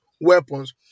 weapons